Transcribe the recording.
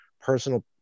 personal